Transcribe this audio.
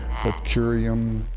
curium,